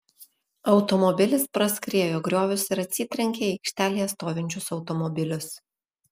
automobilis praskriejo griovius ir atsitrenkė į aikštelėje stovinčius automobilius